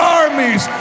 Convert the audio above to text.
armies